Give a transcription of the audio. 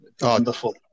Wonderful